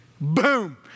Boom